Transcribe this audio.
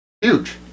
Huge